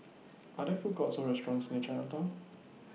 Are There Food Courts Or restaurants near Chinatown